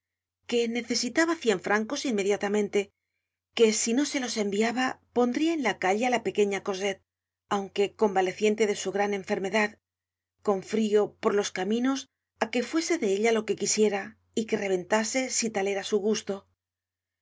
que necesitaba cien francos inmediatamente que si no se los enviaba pondria en la calle á la pequeña cosette aunque convaleciente de su gran enfermedad con frio por los caminos á que fuese de ella lo que quisiera y que reventase si tal era su gusto cien